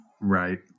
Right